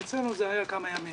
אצלנו זה היה כמה ימים.